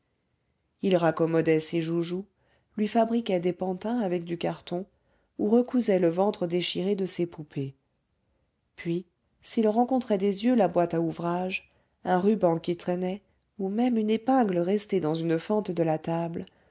il raccommodait ses joujoux lui fabriquait des pantins avec du carton ou recousait le ventre déchiré de ses poupées puis s'il rencontrait des yeux la boîte à ouvrage un ruban qui traînait ou même une épingle restée dans une fente de la table